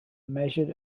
measured